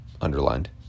underlined